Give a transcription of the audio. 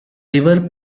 river